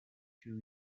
two